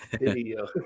Video